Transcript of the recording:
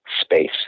space